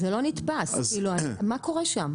זה לא נתפס, כאילו מה קורה שם?